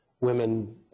women